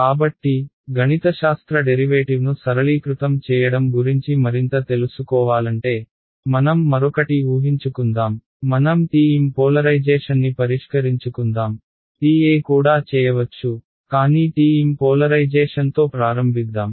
కాబట్టి గణితశాస్త్ర డెరివేటివ్ను సరళీకృతం చేయడం గురించి మరింత తెలుసుకోవాలంటే మనం మరొకటి ఊహించుకుందాం మనం TM పోలరైజేషన్ని పరిష్కరించుకుందాం TE కూడా చేయవచ్చు కానీ TM పోలరైజేషన్తో ప్రారంభిద్దాం